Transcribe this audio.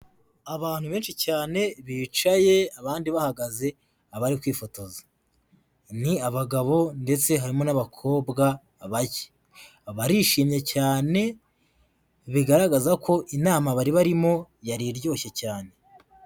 Abantu benshi cyane bicaye, abandi bahagaze bari kwifotoza. Ni abagabo ndetse harimo n'abakobwa bake. Barishimye cyane bigaragaza ko inama bari barimo yari iryoshye cyane.